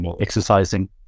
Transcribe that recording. exercising